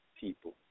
people